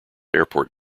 airport